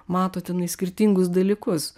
mato tenai skirtingus dalykus